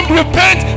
repent